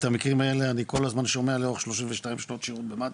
את המקרים האלה אני כל הזמן שומע לאורך 32 שנות שירות במד"א,